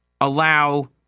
allow